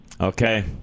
Okay